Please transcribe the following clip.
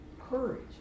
courage